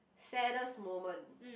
saddest moment